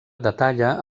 detalla